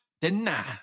deny